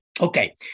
Okay